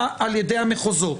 חקירה, על ידי המחוזות.